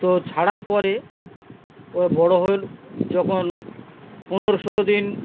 তো ছাড়ার পরে ওই বড়ো হইল যখন পনেরো ষোলো দিন